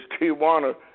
Tijuana